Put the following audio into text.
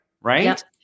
Right